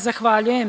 Zahvaljujem.